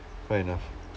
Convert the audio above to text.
how you know